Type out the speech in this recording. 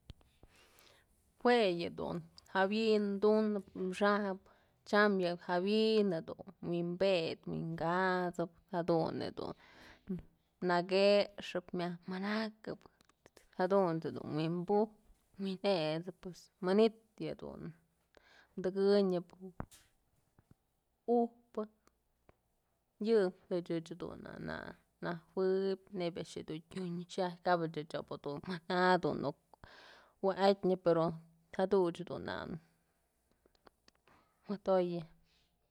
Jue yëdun jawi'in tunëp xajëp tyam yë jawi'in wynped wi'in kasëp jadun yëdun nakëxëp myaj manakëp jadunt's jedun wi'inbujëp wi'injesëp manytë yëdun tëkënyëp ujpë yë ëch dun na najuëb neyb a'ax jedun tyunën kabëch ëch ob dun mana nuk wa'atñyë pero duch dun na modoyë.